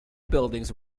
buildings